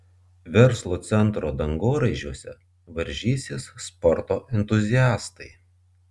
verslo centro dangoraižiuose varžysis sporto entuziastai